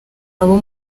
abo